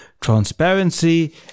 transparency